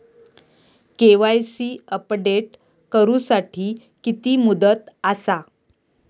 KYC update करू साठी किती मुदत आसा?